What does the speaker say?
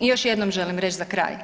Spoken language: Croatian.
I još jednom želim reći za kraj,